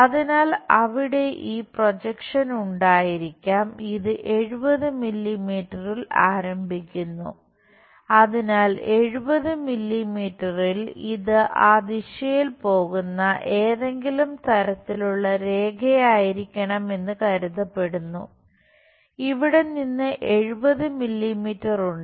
അതിനാൽ അവിടെ ഈ പ്രൊജക്ഷൻ ഉണ്ട്